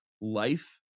life